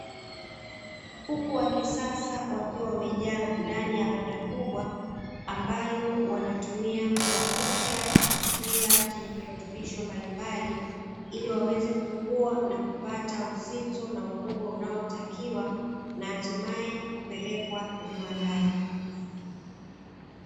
Kuku wa kisasa wakiwa wamejaa ndani ya banda kubwa ambalo wanatumia kuwalisha chakula chenye virutubisho mbalimbali, ili waweze kukua na kupata uzito na ukubwa unaotakiwa na hatimaye kupelekwa viwandani.